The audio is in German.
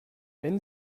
wenn